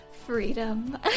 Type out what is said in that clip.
freedom